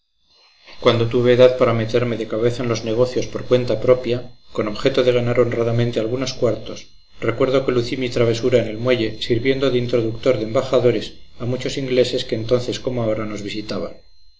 cuando tuve edad para meterme de cabeza en los negocios por cuenta propia con objeto de ganar honradamente algunos cuartos recuerdo que lucí mi travesura en el muelle sirviendo de a los muchos ingleses que entonces como ahora nos visitaban